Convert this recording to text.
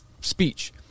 speech